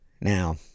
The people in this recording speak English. Now